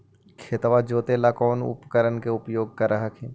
खेतबा जोते ला कौन उपकरण के उपयोग कर हखिन?